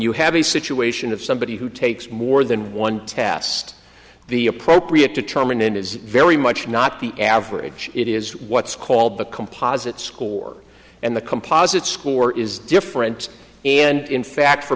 you have a situation of somebody who takes more than one test the appropriate determinant is very much not the average it is what's called the composite score and the composite score is different and in fact for